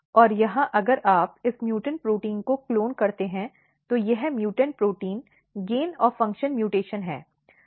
और यहाँ अगर आप इस उत्परिवर्ती प्रोटीन को क्लोन करते हैं तो यह उत्परिवर्ती प्रोटीन लाभ का फंक्शन म्यूटेशन है